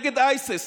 נגד ISIS,